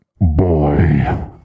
Boy